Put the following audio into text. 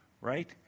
right